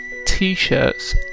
t-shirts